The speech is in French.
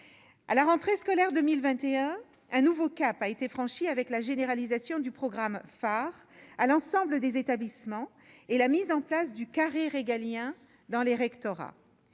à la rentrée scolaire 2021 un nouveau cap a été franchi avec la généralisation du programme phare à l'ensemble des établissements et la mise en place du carré régalien dans les rectorats,